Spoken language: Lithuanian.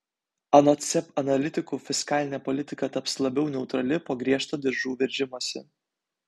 anot seb analitikų fiskalinė politika taps labiau neutrali po griežto diržų veržimosi